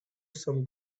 some